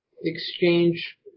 exchange